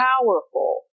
powerful